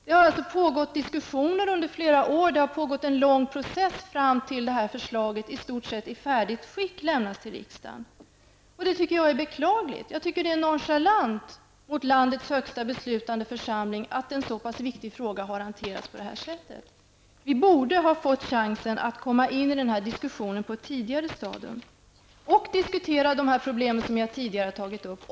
Det har pågått diskussioner under flera år, och det har varit en lång process fram till dess att förslaget i stort sett i färdigt skick har lämnats till riksdagen. Jag tycker att det är beklagligt och nonchalant mot landets högsta beslutande församling att en så pass viktig fråga har hanterats på detta sätt. Vi borde ha fått chansen att komma in i denna diskussion på ett tidigare stadium, en diskussion om de problem som jag tidigare har tagit upp.